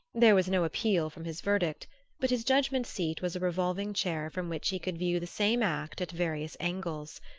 there was no appeal from his verdict but his judgment-seat was a revolving chair from which he could view the same act at various angles.